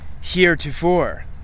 Heretofore